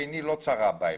עיני לא צרה בהם.